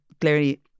clearly